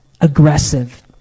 aggressive